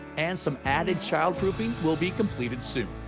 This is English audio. and some added childproofing will be completed soon.